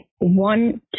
one